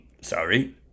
Sorry